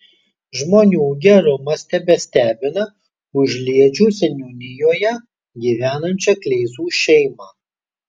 žmonių gerumas tebestebina užliedžių seniūnijoje gyvenančią kleizų šeimą